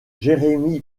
jeremy